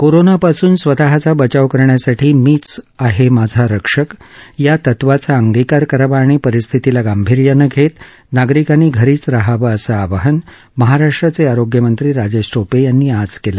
कोरोनापासून स्वतःचा बचाव करण्यासाठी मीच आहे माझा रक्षक या तत्वाचा अंगिकार करावा आणि परिस्थितीला गांभीर्यानं घेत नागरिकांनी घरीच राहावं असं आवाहन महाराष्ट्राचे आरोग्यमंत्री राजेश ोपे यांनी आज केलं